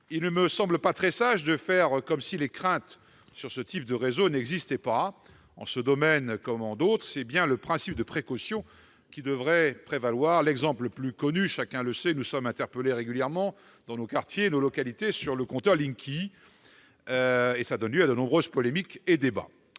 Il ne me semble pas très sage de faire comme si les craintes sur ce type de réseau n'existaient pas. En ce domaine, comme en d'autres, c'est bien le principe de précaution qui devrait prévaloir. L'exemple le plus connu- chacun le sait, car nous sommes régulièrement interpellés dans nos quartiers et nos localités -est celui du compteur Linky, qui donne lieu à de nombreux débats